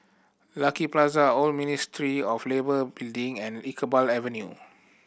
Lucky Plaza Old Ministry of Labour Building and Iqbal Avenue